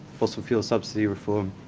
fossil fuel subsidy reform.